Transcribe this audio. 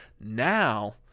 now